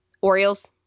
Orioles